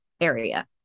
area